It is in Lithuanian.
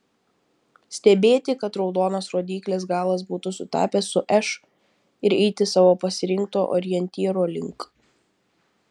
stebėti kad raudonas rodyklės galas būtų sutapęs su š ir eiti savo pasirinkto orientyro link